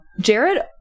Jared